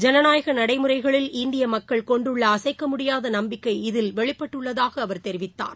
ஜனநாயக நடைமுறைகளில் இந்திய மக்கள் கொண்டுள்ள அசைக்க முடியாத நம்பிக்கை இதில் வெளிப்பட்டுள்ளதாக அவர் தெரிவித்தார்